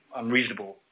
unreasonable